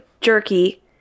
jerky